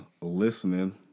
listening